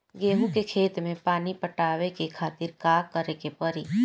गेहूँ के खेत मे पानी पटावे के खातीर का करे के परी?